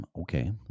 okay